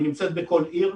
היא נמצאת בכל עיר,